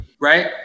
Right